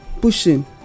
pushing